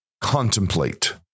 contemplate